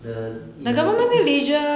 the the people sa~